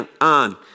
on